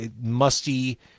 Musty